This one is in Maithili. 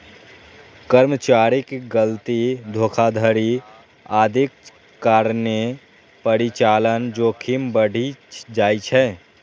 कर्मचारीक गलती, धोखाधड़ी आदिक कारणें परिचालन जोखिम बढ़ि जाइ छै